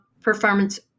performance